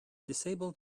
disabled